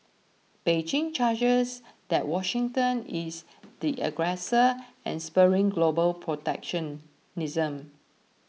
Beijing charges that Washington is the aggressor and spurring global protectionism